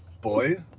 Boys